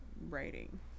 writing